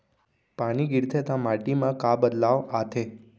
पानी गिरथे ता माटी मा का बदलाव आथे?